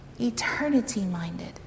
Eternity-minded